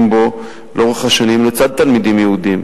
בו לאורך השנים לצד תלמידים יהודים,